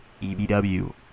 EBW